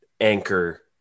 anchor